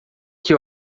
que